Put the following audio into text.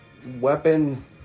weapon